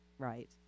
Right